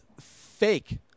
fake